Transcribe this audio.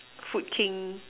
food King